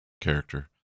character